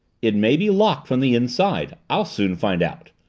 it may be locked from the inside i'll soon find out.